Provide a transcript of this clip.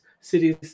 cities